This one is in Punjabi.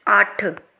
ਅੱਠ